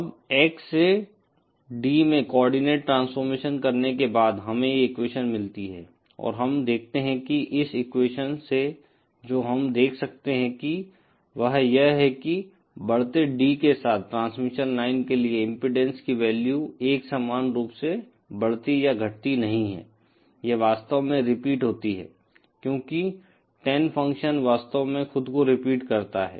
अब X से D में कोआर्डिनेट ट्रांसफॉर्मेशन करने के बाद हमे ये एक्वेशन मिलती हैं और हम देखते हैं कि इस एक्वेशन से जो हम देख सकते हैं वह यह है कि बढ़ते D के साथ ट्रांसमिशन लाइन के लिए इम्पीडेन्स की वैल्यू एक समान रूप से बढ़ती या घटती नहीं है यह वास्तव में रिपीट होती है क्योंकि टैन फ़ंक्शन वास्तव में खुद को रिपीट करता है